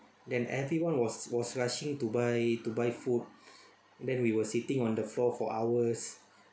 then everyone was was rushing to buy to buy food then we were sitting on the floor for hours